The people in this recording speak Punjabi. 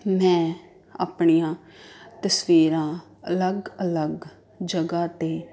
ਮੈਂ ਆਪਣੀਆਂ ਤਸਵੀਰਾਂ ਅਲੱਗ ਅਲੱਗ ਜਗ੍ਹਾ 'ਤੇ